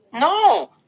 No